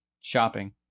shopping